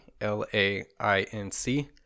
L-A-I-N-C